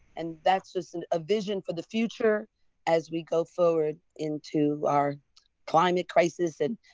and that's just and a vision for the future as we go forward into our climate crisis. and